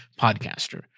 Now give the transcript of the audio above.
podcaster